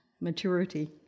maturity